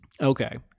Okay